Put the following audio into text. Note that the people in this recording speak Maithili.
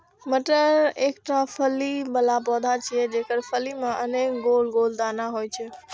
मटर एकटा फली बला पौधा छियै, जेकर फली मे अनेक गोल गोल दाना होइ छै